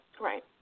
Right